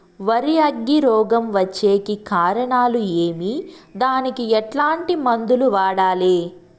వరి అగ్గి రోగం వచ్చేకి కారణాలు ఏమి దానికి ఎట్లాంటి మందులు వాడాలి?